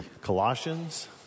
Colossians